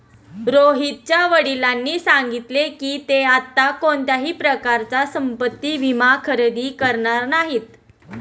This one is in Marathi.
रोहितच्या वडिलांनी सांगितले की, ते आता कोणत्याही प्रकारचा संपत्ति विमा खरेदी करणार नाहीत